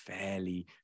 fairly